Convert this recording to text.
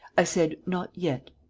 i said, not yet.